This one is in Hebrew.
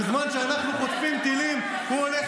בזמן שאנחנו חוטפים טילים הוא הולך